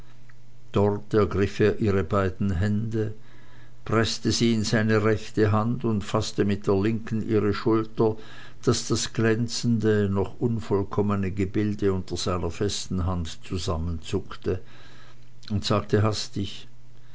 dort ergriff er ihre beiden hände preßte sie in seine rechte hand faßte mit der linken ihre schulter daß das glänzende noch unvollkommene gebilde unter seiner festen hand zusammenzuckte und sagte hastig